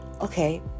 okay